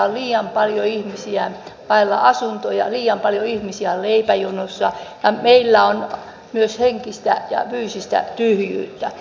on liian paljon ihmisiä vailla asuntoa liian paljon ihmisiä on leipäjonossa ja meillä on myös henkistä ja fyysistä tyhjyyttä